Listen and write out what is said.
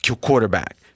quarterback